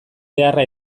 beharra